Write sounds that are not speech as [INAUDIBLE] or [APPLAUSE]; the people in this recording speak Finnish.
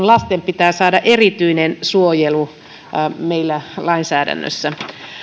[UNINTELLIGIBLE] lasten pitää saada erityinen suojelu meillä lainsäädännössä